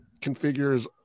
configures